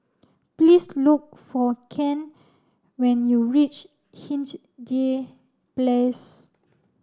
please look for Ken when you reach Hindhede Place